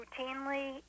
routinely